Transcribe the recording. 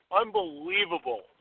Unbelievable